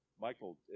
Michael